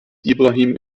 ibrahim